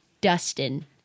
Dustin